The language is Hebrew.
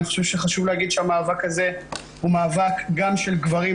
אני חשוב שחשוב להגיד שהמאבק הזה הוא מאבק גם של גברים.